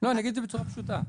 --- אני אגיד בצורה פשוטה.